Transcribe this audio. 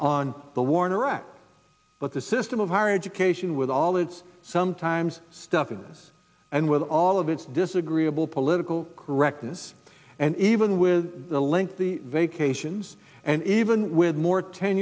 on the war in iraq but the system of higher education with all its sometimes stuffiness and with all of its disagreeable political correctness and even with the length the vacations and even with more ten